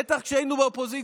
בטח כשהיינו באופוזיציה,